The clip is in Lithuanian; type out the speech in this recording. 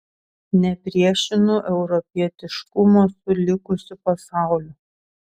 nepriešinu europietiškumo su likusiu pasauliu